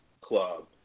Club